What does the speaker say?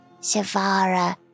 Savara